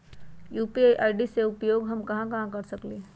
UPI आई.डी के उपयोग हम कहां कहां कर सकली ह?